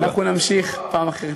אנחנו נמשיך פעם אחרת.